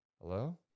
hello